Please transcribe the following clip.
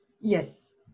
Yes